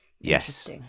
Yes